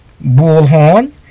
Bullhorn